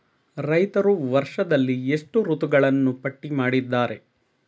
ರೈತರು ವರ್ಷದಲ್ಲಿ ಎಷ್ಟು ಋತುಗಳನ್ನು ಪಟ್ಟಿ ಮಾಡಿದ್ದಾರೆ?